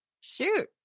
Shoot